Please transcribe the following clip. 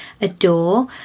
adore